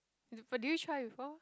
but did you try before